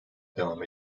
devam